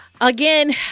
Again